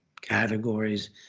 categories